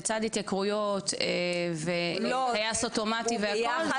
לצד התייקרויות וטייס אוטומטי והכל,